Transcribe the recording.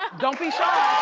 ah don't be shy.